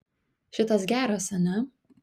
šitas geras ane